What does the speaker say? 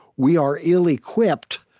we are ill-equipped